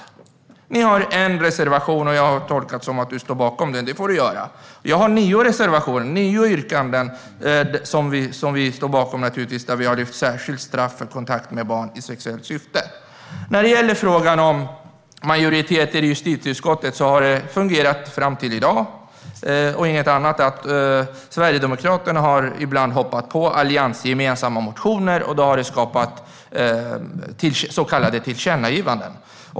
Sverigedemokraterna har en reservation, och jag har tolkat det så att Adam Marttinen står bakom den. Det får du göra. Jag har nio reservationer, det vill säga nio yrkanden, som Liberalerna naturligtvis står bakom. Och vi lyfter särskilt fram straff för kontakt med barn i sexuellt syfte. I frågan om majoriteten i justitieutskottet har det fungerat fram till i dag. Sverigedemokraterna har ibland hoppat på alliansgemensamma motioner, och det har skapat så kallade tillkännagivanden.